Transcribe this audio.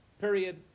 period